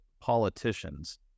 politicians